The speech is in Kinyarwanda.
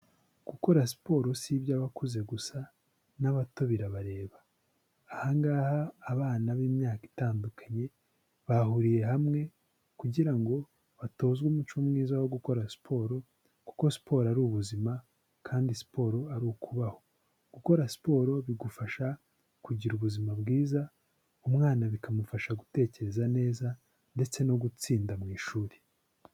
Gukora siporo si iby'abakuze gusa n'abato birabareba. Aha ngaha abana b'imyaka itandukanye, bahuriye hamwe kugira ngo batozwe umuco mwiza wo gukora siporo kuko siporo ari ubuzima kandi siporo ari ukubaho. Gukora siporo bigufasha kugira ubuzima bwiza, umwana bikamufasha gutekereza neza ndetse no gutsinda mu ishuri.